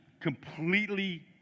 completely